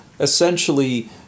essentially